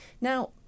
now